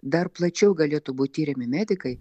dar plačiau galėtų būt tiriami medikai